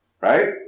right